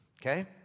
okay